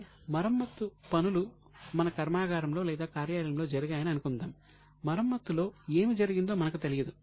కొన్ని మరమ్మత్తు పనులు మన కర్మాగారంలో లేదా కార్యాలయంలో జరిగాయని అనుకుందాం మరమ్మత్తులో ఏమి జరిగిందో మనకు తెలియదు